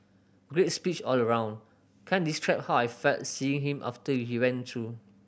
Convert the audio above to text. great speech all round can't how I felt seeing him after he went through